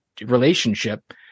relationship